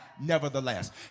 nevertheless